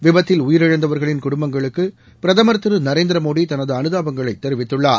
விபத்தில் உயிரிழந்தவர்களின் குடும்பங்களுக்கு பிரதமர் திரு நரேந்திர மோடி தனது அனுதாபங்களை தெரிவித்துள்ளார்